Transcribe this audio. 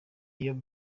iyo